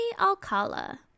Alcala